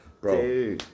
bro